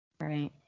Right